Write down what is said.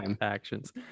actions